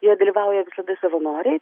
jie dalyvauja visada savanoriai